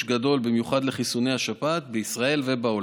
גדול במיוחד לחיסוני השפעת בישראל ובעולם.